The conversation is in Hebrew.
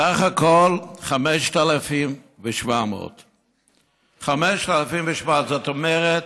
סך הכול 5,700. זאת אומרת,